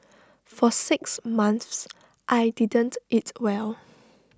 for six months I didn't eat well